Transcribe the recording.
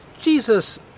Jesus